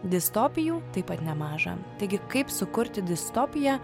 distopijų taip pat nemaža taigi kaip sukurti distopiją